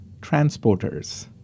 transporters